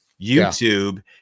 YouTube